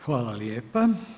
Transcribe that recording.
Hvala lijepa.